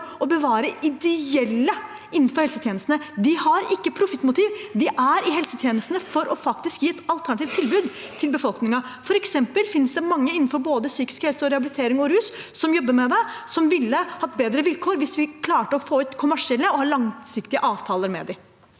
å bevare ideelle innenfor helsetjenestene. De har ikke profittmotiv. De er i helsetjenestene for faktisk å gi et alternativt tilbud til befolkningen. For eksempel finnes det mange som jobber innenfor både psykisk helse, rehabilitering og rus, som ville hatt bedre vilkår hvis vi hadde klart å få ut kommersielle og heller hadde hatt langsiktige avtaler med dem.